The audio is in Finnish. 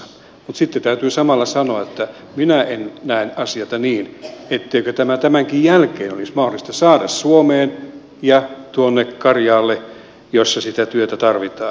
mutta sitten täytyy samalla sanoa että minä en näe asioita niin etteikö tämä tämänkin jälkeen olisi mahdollista saada suomeen ja tuonne karjaalle missä sitä työtä tarvitaan